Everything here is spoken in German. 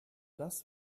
das